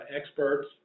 experts